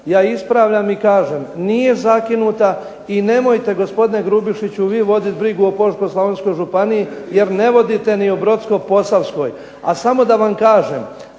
Ja ispravljam i kažem nije zakinuta i nemojte gospodine Grubišiću vi voditi brigu o Požeško-slavonskoj županiji jer ne vodite ni o Brodsko-posavskoj. A samo da vam kažem